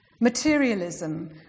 materialism